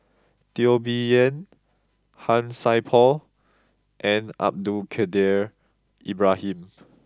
Teo Bee Yen Han Sai Por and Abdul Kadir Ibrahim